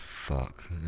fuck